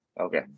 okay